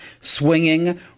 swinging